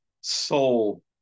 soul